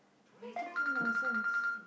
why you talking nonsense